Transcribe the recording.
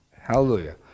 Hallelujah